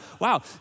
wow